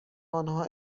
آنها